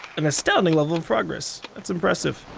an astounding level of progress. that's impressive.